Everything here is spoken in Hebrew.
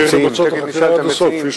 אבל צריך למצות את החקירה עד הסוף, כפי שציינתי.